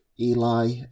Eli